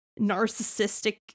narcissistic